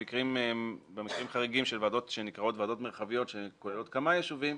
במקרים חריגים של ועדות שנקראות ועדות מרחביות שכוללות כמה ישובים,